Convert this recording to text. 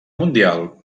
mundial